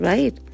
Right